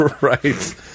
Right